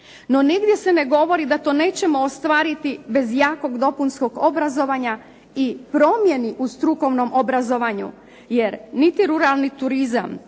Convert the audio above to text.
No nigdje se ne govori da to nećemo ostvariti bez jakog dopunskog obrazovanja i promjeni u strukovnom obrazovanju, jer niti ruralni turizam,